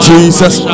Jesus